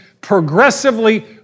progressively